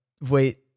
wait